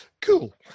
cool